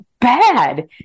bad